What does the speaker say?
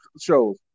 shows